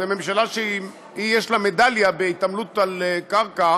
זו ממשלה שיש לה מדליה בהתעמלות קרקע